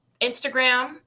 Instagram